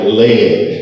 lead